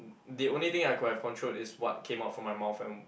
the only thing I could have controlled is what came out from my mouth and